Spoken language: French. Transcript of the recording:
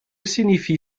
signifie